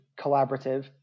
collaborative